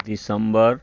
दिसम्बर